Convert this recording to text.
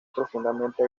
profundamente